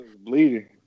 bleeding